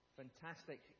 fantastic